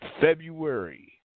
February